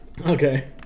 Okay